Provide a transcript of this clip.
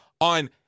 on